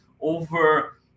over